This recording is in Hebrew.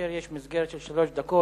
כאשר יש מסגרת של שלוש דקות,